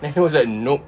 then he was like nope